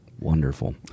Wonderful